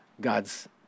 God's